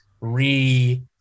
re